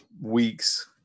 weeks